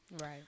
Right